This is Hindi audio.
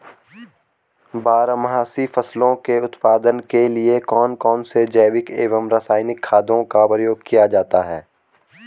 बारहमासी फसलों के उत्पादन के लिए कौन कौन से जैविक एवं रासायनिक खादों का प्रयोग किया जाता है?